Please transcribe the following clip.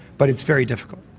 but it's very difficult.